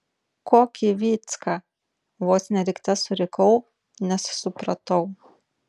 kokį vycka vos ne rikte surikau nes supratau